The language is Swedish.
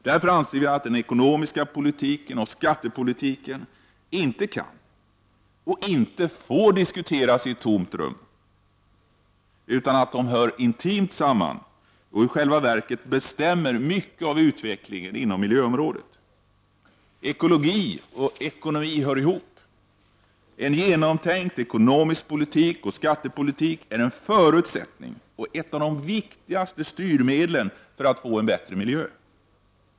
Därför anser vi att den ekonomiska politiken och skattepolitiken inte kan och inte får diskuteras i ett tomt rum, utan att de hör intimt samman med och i själva verket bestämmer mycket av utvecklingen inom miljöområdet. Ekologi och ekonomi hör ihop. En genomtänkt ekonomisk politik och skattepolitik är en förutsättning och ett av de viktigaste styrmedlen för att få en bättre miljö.